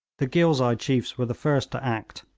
the ghilzai chiefs were the first to act.